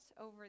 over